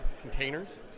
containers